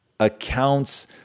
accounts